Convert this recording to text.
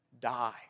die